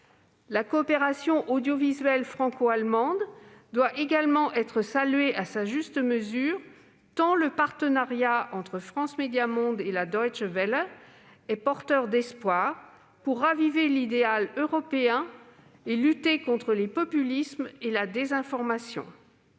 La coopération audiovisuelle franco-allemande doit également être saluée à sa juste mesure, tant le partenariat entre France Médias Monde et la est porteur d'espoir pour raviver l'idéal européen et lutter contre les populismes et la désinformation.